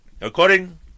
According